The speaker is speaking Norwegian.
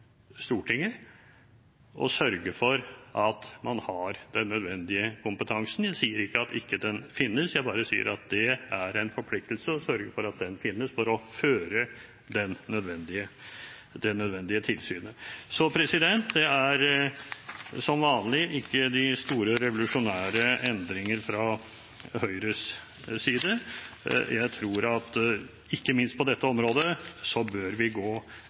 Stortinget å sørge for at man har den nødvendige kompetansen. Jeg sier ikke at den ikke finnes, jeg bare sier at det er en forpliktelse til å sørge for at den finnes, for å føre det nødvendige tilsynet. Det er som vanlig ikke de store revolusjonære endringer fra Høyres side. Jeg tror at ikke minst på dette området bør vi gå